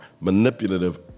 manipulative